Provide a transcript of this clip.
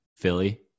Philly